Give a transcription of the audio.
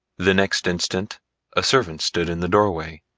the next instant a servant stood in the doorway,